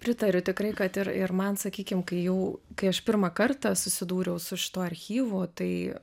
pritariu tikrai kad ir ir man sakykim kai jau kai aš pirmą kartą susidūriau su šituo archyvu tai